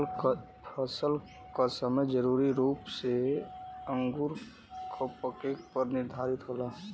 फसल क समय जरूरी रूप से अंगूर क पके पर निर्धारित होला